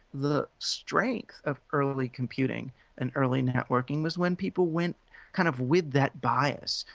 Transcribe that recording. the strength of early computing and early networking was when people went kind of with that bias,